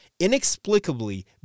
inexplicably